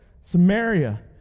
Samaria